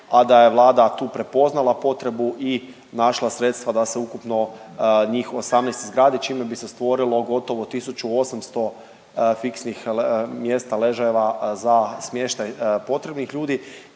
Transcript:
a da je Vlada tu prepoznala potrebu i našla sredstva da se ukupno njih 18 izgradi, čime bi se stvorilo gotovo 1800 fiksnih mjesta, ležajeva za smještaj potrebnih ljudi